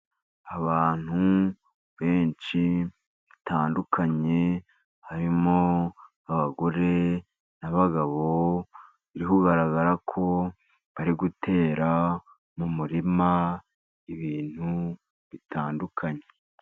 Abantu benshi bitandukanye harimo abagore n'abagabo, biri bigaragara ko bari gutera mu murima ibintu bitandukanye.